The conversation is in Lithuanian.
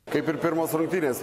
kaip ir pirmos rungtynės